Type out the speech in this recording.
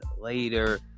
later